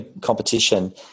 competition